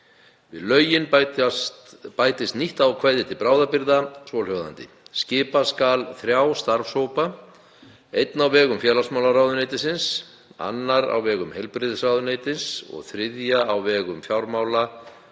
Við lögin bætist nýtt ákvæði til bráðabirgða, svohljóðandi: Skipa skal þrjá starfshópa, einn á vegum félagsmálaráðuneytis, annan á vegum heilbrigðisráðuneytis og þriðja á vegum fjármála-